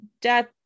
death